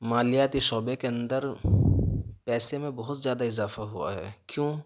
مالیاتی شعبے کے اندر پیسے میں بہت زیادہ اضافہ ہوا ہے کیوں